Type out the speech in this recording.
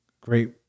great